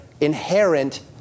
inherent